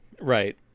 Right